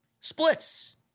Splits